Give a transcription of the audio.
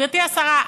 גברתי השרה,